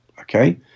Okay